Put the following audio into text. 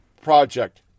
Project